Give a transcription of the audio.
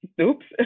oops